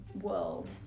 world